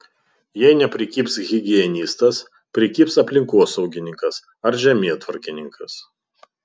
jei neprikibs higienistas prikibs aplinkosaugininkas ar žemėtvarkininkas